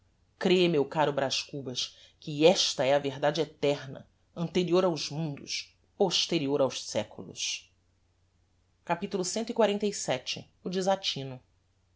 crê meu caro braz cubas que esta é a verdade eterna anterior aos mundos posterior aos seculos capitulo cxlvii o desatino